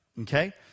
Okay